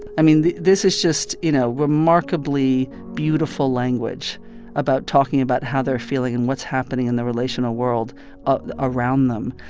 i mean, this is just, you know, remarkably beautiful language about talking about how they're feeling and what's happening in the relational world ah around them.